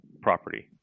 property